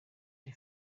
the